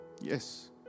Yes